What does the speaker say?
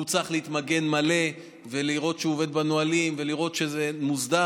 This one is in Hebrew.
הוא צריך להתמגן מלא ולראות שהוא עומד בנהלים ולראות שזה מוסדר,